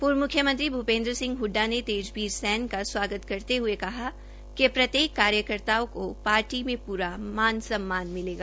पूर्व मुख्यमंत्री भूपेन्द्र सिंह हडडा ने तेजवीर सैन का स्वागत करते हये कहा कि प्रत्येक कार्यकर्ता को पार्टी में पूरा मान सम्मान मिलेगा